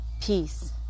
Peace